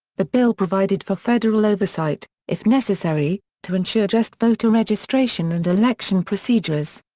the bill provided for federal oversight, if necessary, to ensure just voter registration and election procedures.